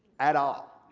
at all.